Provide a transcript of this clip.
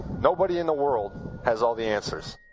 nobody in the world has all the answers.